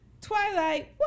Twilight